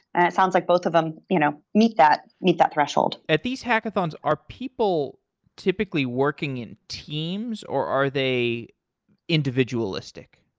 and it sounds like both of them you know meet that meet that threshold. at these hackathons, are people typically working in teams or are they individualistic?